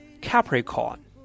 Capricorn